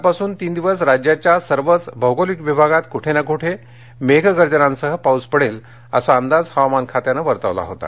कालपासून तीन दिवस राज्याच्या सर्वच भौगोलिक विभागांत कुठे ना कुठे मेघगर्जनांसह पाऊस पडेल असा अंदाज हवामान खात्यानं वर्तवला होता